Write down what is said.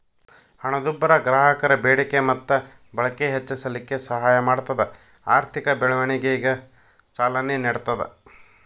ಹಣದುಬ್ಬರ ಗ್ರಾಹಕರ ಬೇಡಿಕೆ ಮತ್ತ ಬಳಕೆ ಹೆಚ್ಚಿಸಲಿಕ್ಕೆ ಸಹಾಯ ಮಾಡ್ತದ ಆರ್ಥಿಕ ಬೆಳವಣಿಗೆಗ ಚಾಲನೆ ನೇಡ್ತದ